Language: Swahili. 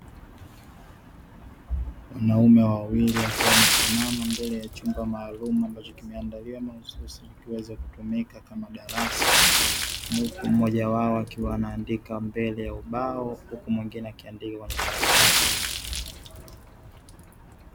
Wanaume wawili wakiwa wamesimama mbele ya chumba maalumu ambacho kimeandaliwa mahususi kiweze kutumika kama darasa, mmoja wao akiwa anaandika mbele ya ubao huku mwingine akiwa anaandika kwenye karatasi.